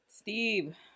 Steve